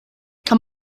kann